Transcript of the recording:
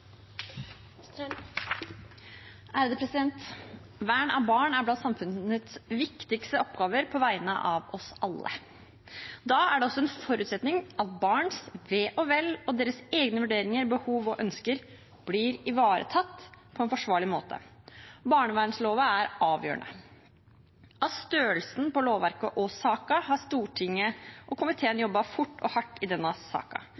blant samfunnets viktigste oppgaver på vegne av oss alle. Da er det også en forutsetning at barns ve og vel og deres egne vurderinger, behov og ønsker blir ivaretatt på en forsvarlig måte. Barnevernsloven er avgjørende. På grunn av størrelsen på lovverket og saken har Stortinget og komiteen jobbet fort og hardt i denne